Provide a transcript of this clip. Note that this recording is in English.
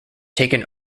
taken